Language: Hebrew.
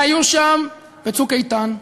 והיו שם ב"צוק איתן",